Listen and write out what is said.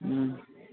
ہوں